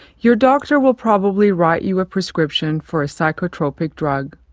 your doctor will probably write you a prescription for a psychotropic drug.